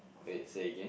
wait say again